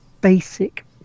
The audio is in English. basic